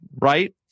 Right